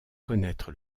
connaître